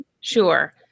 Sure